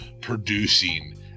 producing